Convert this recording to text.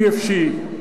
אי אפשי,